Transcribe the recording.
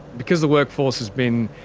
because the workforce has been,